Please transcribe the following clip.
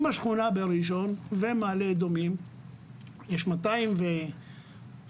עם השכונה בראשון לציון ועם מעלה אדומים יש 250 כיתות,